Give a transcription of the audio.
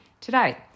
today